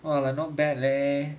!wah! like not bad leh